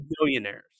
billionaires